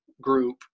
Group